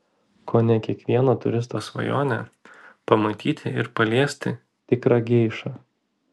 kone kiekvieno turisto svajonė pamatyti ir paliesti tikrą geišą